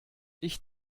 ich